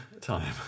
time